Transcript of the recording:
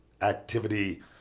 activity